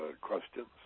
questions